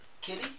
Kitty